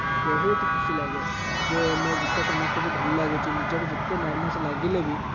ବହୁତ ଖୁସି ଲାଗେ ଯେ ମୋ ଗୀତ ସମସ୍ତଙ୍କୁ ଭଲ ଲାଗୁଛି ନିଜକୁ ଯେତେ ଭି ନର୍ଭସ୍ ଲାଗିଲେ ଭି